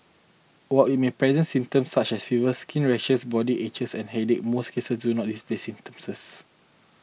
while it may present symptoms such as fever skin rashes body aches and headache most cases do not display symptoms